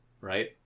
right